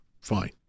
Fine